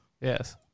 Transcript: Yes